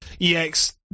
ex